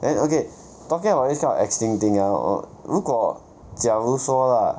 then okay talking about this kind of extinct thing ah or 如果假如说 lah